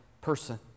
person